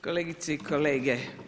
Kolegice i kolege.